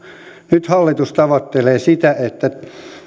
nyt hallitus tavoittelee sitä että